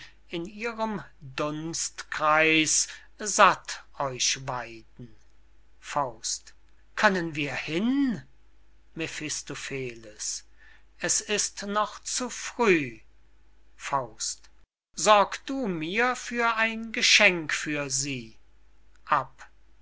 in ihrem dunstkreis satt euch weiden können wir hin mephistopheles es ist noch zu früh sorg du mir für ein geschenk für sie